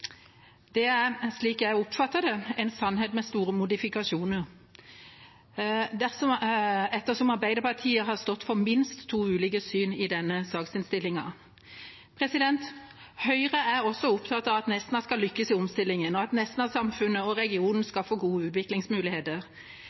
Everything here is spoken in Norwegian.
Det er, slik jeg oppfatter det, en sannhet med store modifikasjoner, ettersom Arbeiderpartiet har stått for minst to ulike syn i denne saksinnstillingen. Høyre er også opptatt av at Nesna skal lykkes i omstillingen, og at Nesna-samfunnet og regionen skal få gode utviklingsmuligheter.